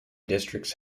districts